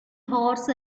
horse